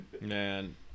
Man